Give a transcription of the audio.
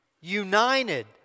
united